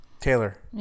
Taylor